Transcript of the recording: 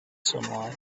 sunlight